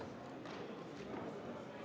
Merci